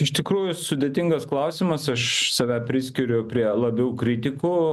iš tikrųjų sudėtingas klausimas aš save priskiriu prie labiau kritikų